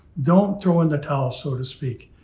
don't throw in the towel, so to speak.